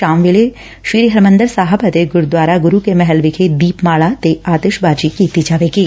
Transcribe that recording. ਸ਼ਾਮ ਵੇਲੇ ਸ੍ਰੀ ਹਰਿੰਦਰ ਸਾਹਿਬ ਅਤੇ ਗੁਰਦੁਆਰਾ ਗੁਰੂ ਕੇ ਮਹਿਲ ਵਿਖੇ ਦੀਪਮਾਲਾ ਤੇ ਆਤਿਸ਼ਬਾਜੀ ਕੀਤੀ ਜਾਵੇਗੀ